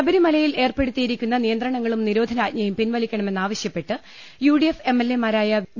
ശബരിമലയിൽ ഏർപ്പെടുത്തിയിരിക്കുന്ന നിയന്ത്രണങ്ങളും നിരോ ധനാജ്ഞയും പിൻവലിക്കണമെന്നാവശ്യപ്പെട്ട് യുഡിഎഫ് എംഎൽ എമാരായ വി